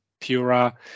Pura